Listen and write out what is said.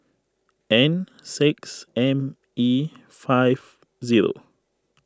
N six M E five zero